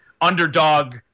underdog